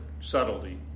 subtlety